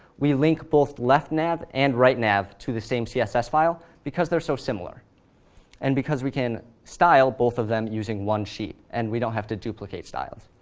we link both leftnav and rightnav to the same css file because they're so similar and because we can style both of them using one sheet, and we don't have to duplicate styles.